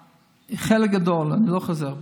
חלק גדול, אני לא חוזר בי.